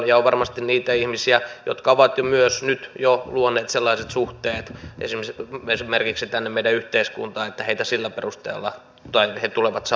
ja on varmasti myös niitä ihmisiä jotka ovat nyt jo luoneet sellaiset suhteet esimerkiksi tänne meidän yhteiskuntaan että he tulevat saamaan oleskeluluvan